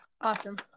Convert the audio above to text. Awesome